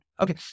okay